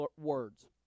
words